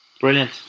brilliant